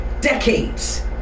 decades